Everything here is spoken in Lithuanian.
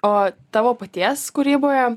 o tavo paties kūryboje